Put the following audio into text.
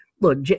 Look